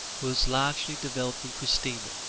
was largely developed in christina,